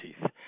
teeth